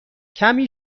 کمی